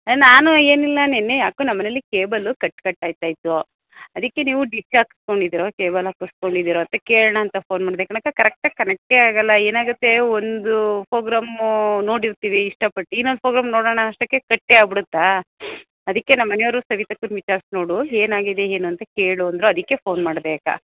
ನಾನು ಏನಿಲ್ಲ ನಿನ್ನೆ ಯಾಕೋ ನಮ್ಮ ಮನೇಲಿ ಕೇಬಲು ಕಟ್ ಕಟ್ ಆಗ್ತಾ ಇತ್ತು ಅದಕ್ಕೇ ನೀವು ಡಿಶ್ ಹಾಕ್ಸ್ಕೊಂಡ್ ಇದೀರೋ ಕೇಬಲ್ ಹಾಕಸ್ಕೊಂಡ್ ಇದೀರೋ ಅಂತ ಕೇಳೋಣ ಅಂತ ಫೋನ್ ಮಾಡಿದೆ ಕಣಕ್ಕ ಕರೆಕ್ಟ್ ಆಗಿ ಕನೆಕ್ಟೇ ಆಗಲ್ಲ ಏನಾಗುತ್ತೆ ಒಂದು ಪೋಗ್ರಾಮು ನೋಡಿರ್ತೀವಿ ಇಷ್ಟಪಟ್ಟು ಇನ್ನೊಂದು ಪೋಗ್ರಾಮ್ ನೋಡೋಣ ಅಷ್ಟಕ್ಕೇ ಕಟ್ಟೇ ಆಗಿಬಿಡುತ್ತಾ ಅದಕ್ಕೆ ನಮ್ಮ ಮನೆಯವ್ರು ಸವಿತಕ್ಕನ್ನ ವಿಚಾರ್ಸಿ ನೋಡು ಏನಾಗಿದೆ ಏನು ಅಂತ ಕೇಳು ಅಂದರು ಅದಕ್ಕೆ ಫೋನ್ ಮಾಡಿದೆ ಅಕ್ಕ